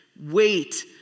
Wait